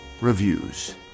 reviews